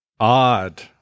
Odd